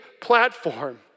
platform